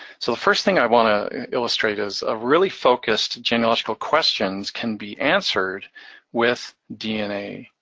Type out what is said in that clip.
so the first thing i wanna illustrate is ah really focused genealogical questions can be answered with dna.